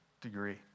degree